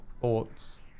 thoughts